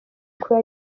kuba